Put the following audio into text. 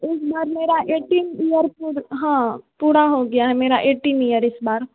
इस बार मेरा एटीन ईयर पुर हँ पूरा हो गया है मेरा एटीन ईयर इस बार